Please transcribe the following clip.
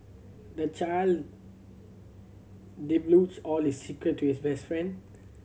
the child all his secret to his best friend